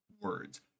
words